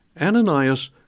Ananias